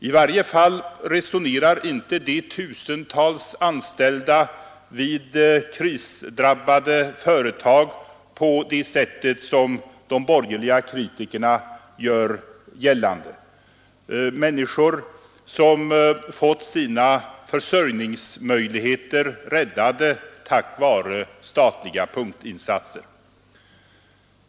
I varje fall resonerar inte de tusentals anställda vid krisdrabbade företag — människor som fått sina försörjningsmöjligheter räddade tack vare statliga punktinsatser — på det sätt som de borgerliga kritikerna gör gällande.